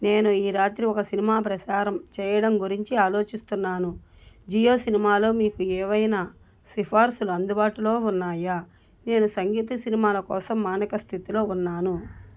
నేను ఈ రాత్రి ఒక సినిమా ప్రసారం చేయడం గురించి ఆలోచిస్తున్నాను జియో సినిమాలో మీకు ఏవైనా సిఫార్సులు అందుబాటులో ఉన్నాయా నేను సంగీత సినిమాల కోసం మానిక స్థితిలో ఉన్నాను